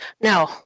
Now